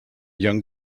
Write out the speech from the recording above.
young